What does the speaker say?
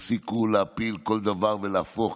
תפסיקו להפיל כל דבר ולהפוך,